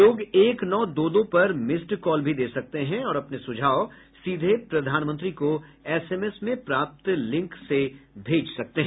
लोग एक नौ दो दो पर मिस्ड कॉल भी दे सकते हैं और अपने सुझाव सीधे प्रधानमंत्री को एसएमएस में प्राप्त लिंक से भेज सकते हैं